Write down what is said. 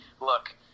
look